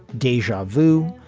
deja vu.